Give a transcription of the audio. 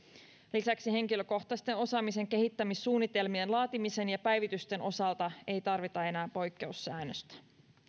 lisäksi henkilökohtaisten osaamisen kehittämissuunnitelmien laatimisen ja päivitysten osalta ei tarvita enää poikkeussäännöstä